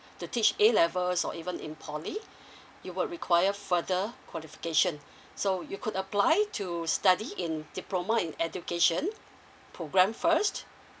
to teach A levels or even in poly you will require further qualification so you could apply to study in diploma in education program first